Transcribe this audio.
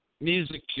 Music